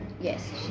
yes